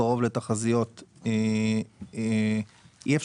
ימים ואנחנו השארנו את זה כ-90 ימים.